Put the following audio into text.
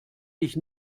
dich